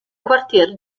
quartier